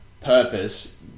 purpose